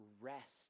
rest